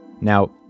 Now